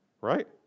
right